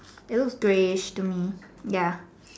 it looks greyish to me ya